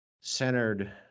centered